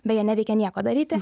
beje nereikia nieko daryti